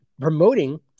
promoting